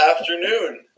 Afternoon